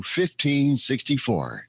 1564